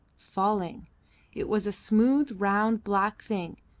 falling it was a smooth, round, black thing,